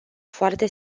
foarte